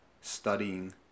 studying